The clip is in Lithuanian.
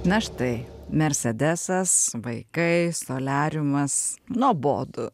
na štai mersedesas vaikai soliariumas nuobodu